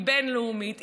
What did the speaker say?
היא בין-לאומית,